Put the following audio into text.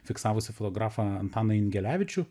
fiksavusi fotografą antaną jungelevičių